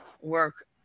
work